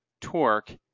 torque